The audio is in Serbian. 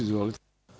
Izvolite.